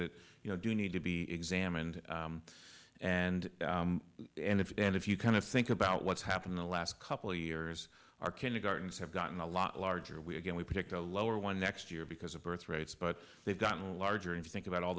that you know do need to be examined and and if and if you kind of think about what's happened the last couple years are kindergartens have gotten a lot larger we again we picked a lower one next year because of birth rates but they've gotten larger if you think about all